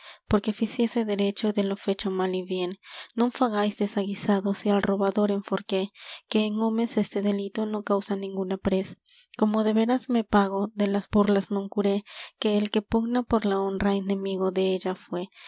porque ficiese derecho de lo fecho mal y bien non fagáis desaguisado si al robador enforqué que en homes este delito no causa ninguna prez como de veras me pago de las burlas non curé que el que pugna por la honra enemigo della fué